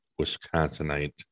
Wisconsinite